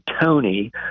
Tony